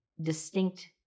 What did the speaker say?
distinct